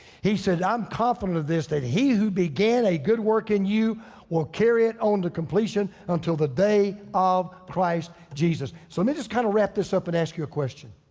he said, i'm confident of this, that he who began a good work in you will carry it on to completion until the day of christ jesus. so let me just kind of wrap this up and ask you a question.